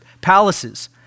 palaces